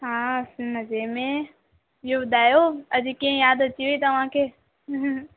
हा मज़े में ॿियो ॿुधायो अॼु कीअं यादि अची वेई तव्हांखे